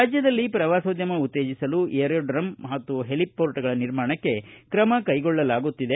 ರಾಜ್ಡದಲ್ಲಿ ಪ್ರವಾಸೋದ್ಯಮ ಉತ್ತೇಜಿಸಲು ಏರೋಡೋಮ್ ಮತ್ತು ಹೆಲಿ ಪೋರ್ಟ್ಗಳ ನಿರ್ಮಾಣಕ್ಕೆ ಕ್ರಮ ಕೈಗೊಳ್ಳಲಾಗುತ್ತಿದೆ